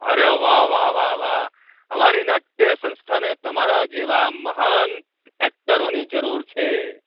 અરે વાહ વાહ વાહ વાહ અમારી નાટ્ય સંસ્થાને તમારા જેવા મહાન એક્ટરોની જરૂર છે